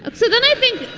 um so then i think.